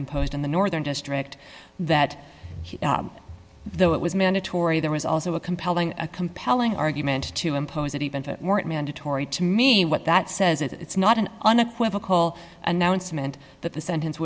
imposed in the northern district that though it was mandatory there was also a compelling a compelling argument to impose that even if it weren't mandatory to me what that says it's not an unequivocal announcement that the sentence